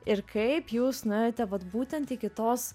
ir kaip jūs nuėjote vat būtent iki tos